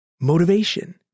motivation